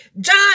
John